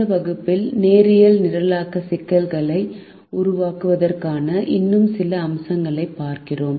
இந்த வகுப்பில் நேரியல் நிரலாக்க சிக்கல்களை உருவாக்குவதற்கான இன்னும் சில அம்சங்களைப் பார்க்கிறோம்